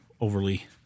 overly